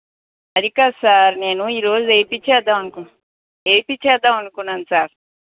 అది కాదు సార్ నేను ఈరోజు వేయించేద్దామని అనుకున్నా వేయించేద్దామని అనుకున్నాను సార్